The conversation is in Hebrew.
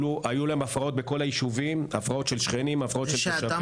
אך היו להם הפרעות של שכנים ושל תושבים